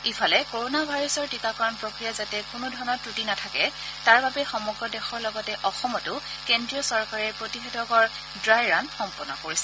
ইফালে কৰ'না ভাইৰাছৰ টীকাকৰণ প্ৰক্ৰিয়াত যাতে কোনো ধৰণৰ ক্ৰটি নাথাকে তাৰ বাবে সমগ্ৰ দেশৰ লগতে অসমতো কেন্দ্ৰীয় চৰকাৰে প্ৰতিষেধকৰ ড্ৰাই ৰান সম্পন্ন কৰিছে